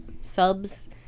subs